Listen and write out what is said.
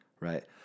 right